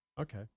Okay